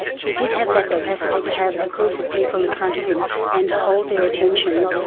he did have that capacity to have a group of people in front of him and hold their attention.